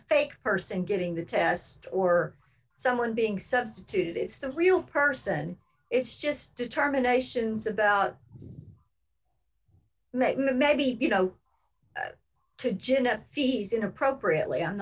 fake person getting the test or someone being substituted it's the real person it's just determinations about maybe you know to gin up fees in appropriately